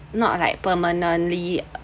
not like permanently